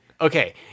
Okay